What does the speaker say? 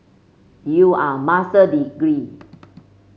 you are Master degree